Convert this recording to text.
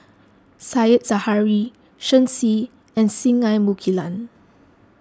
Said Zahari Shen Xi and Singai Mukilan